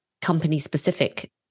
company-specific